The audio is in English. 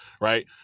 Right